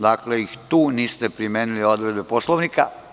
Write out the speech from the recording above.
Dakle, ni tu niste primenili odredbe Poslovnika.